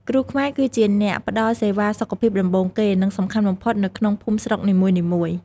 គ្រូខ្មែរគឺជាអ្នកផ្ដល់សេវាសុខភាពដំបូងគេ និងសំខាន់បំផុតនៅក្នុងភូមិស្រុកនីមួយៗ។